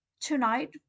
tonight